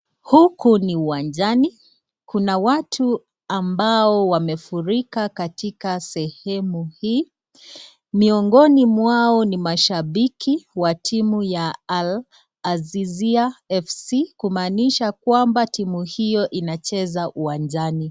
Huku ni uwanjani. Kuna watu ambao wamefurika katika sehemu hii. Miongoni mwao ni mashabiki wa timu ya Al-Azizia FC, kumaanisha kwamba timu hiyo inacheza uwanjani.